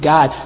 God